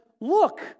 look